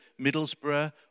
Middlesbrough